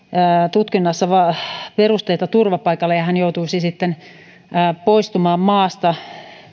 tutkinnassa perusteita turvapaikalle ja hän joutuisi sitten poistumaan maasta